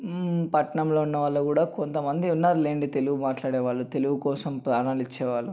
పట్నంలో ఉన్నవాళ్ళు కూడా కొంతమంది ఉన్నారులెండి తెలుగు మాట్లాడేవాళ్ళు తెలుగుకోసం ప్రాణాలు ఇచ్చేవాళ్ళు